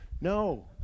No